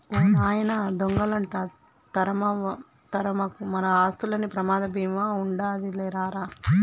ఓ నాయనా దొంగలంట తరమకు, మన ఆస్తులకి ప్రమాద బీమా ఉండాదిలే రా రా